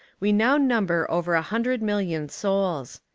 we now number over a hundred million souls.